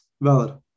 Valid